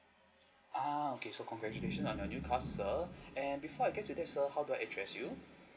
uh okay so congratulation on your new car sir and before I get to that sir how do I address you